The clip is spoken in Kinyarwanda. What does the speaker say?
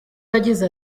yagize